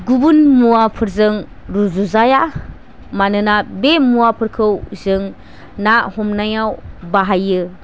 गुबुन मुवाफोरजों रुजु जाया मानोना बे मुवाफोरखौ जों ना हमनायाव बाहायो